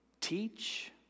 teach